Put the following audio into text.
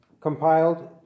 compiled